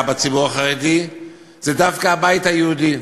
בציבור החרדי הוא דווקא הבית היהודי.